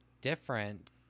different